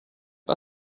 pas